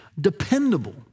dependable